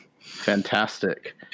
Fantastic